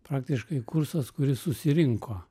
praktiškai kursas kuris susirinko